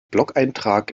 blogeintrag